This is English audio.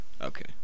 okay